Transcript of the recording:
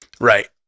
Right